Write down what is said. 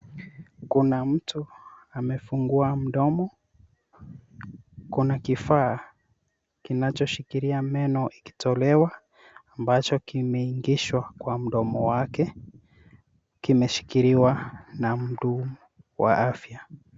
Kuna mtu amefungua mdomo, kuna kifaa kinachoshikilia meno ikitolewa ambacho kimeingishwa kwa mdomo wake. Kimeshikiliwa na mhudumu wa afya.